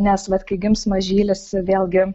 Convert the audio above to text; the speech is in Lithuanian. nes vat kai gims mažylis vėlgi